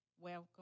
welcome